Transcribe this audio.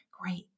great